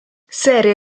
serie